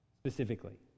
specifically